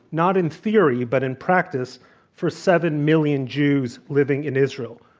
not in theory, but in practice for seven million jews living in israel.